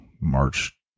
March